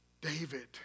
David